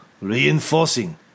reinforcing